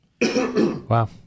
Wow